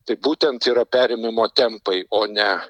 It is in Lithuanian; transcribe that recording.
tai būtent yra perėmimo tempai o ne